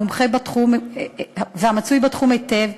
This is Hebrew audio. מומחה בתחום ומצוי בו היטב,